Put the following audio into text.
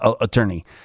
attorney